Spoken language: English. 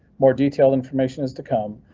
more detailed information is to come,